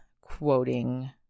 quoting